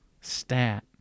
stat